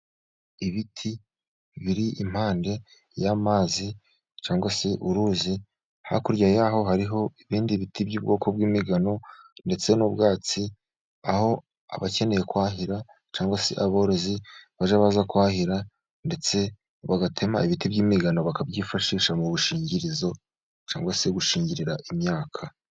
Ibiti biri impande y'amazi cyangwa se uruzi, hakurya yaho hariho ibindi biti by'ubwoko bw'imigano ndetse n'ubwatsi, aho abakeneye kwahira cyangwa se aborozi bajya baza kwahira, ndetse bagatema ibiti by'imigano bakabyifashisha mu bushingirizo cyangwa se gushingirira imyaka.